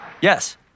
Yes